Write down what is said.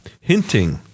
Hinting